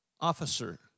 Officer